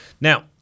Now